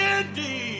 indeed